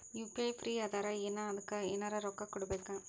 UPI free ಅದಾರಾ ಏನ ಅದಕ್ಕ ಎನೆರ ರೊಕ್ಕ ಕೊಡಬೇಕ?